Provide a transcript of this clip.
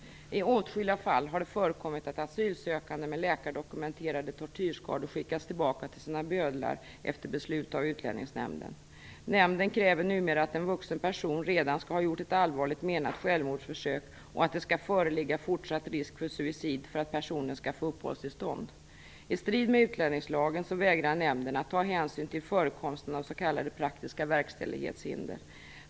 I åtskilliga fall har det förekommit att asylsökande med läkardokumenterade tortyrskador skickats tillbaka till sina bödlar efter beslut av Utlänningsnämnden. Nämnden kräver numera att en vuxen person redan skall ha gjort ett allvarligt menat självmordsförsök och att det skall föreligga fortsatt risk för suicid för att personen skall få uppehållstillstånd. I strid med utlänningslagen vägrar nämnden att ta hänsyn till förekomsten av s.k. praktiska verkställighetshinder.